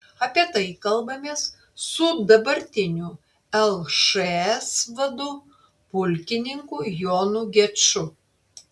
apie tai kalbamės su dabartiniu lšs vadu pulkininku jonu geču